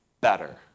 better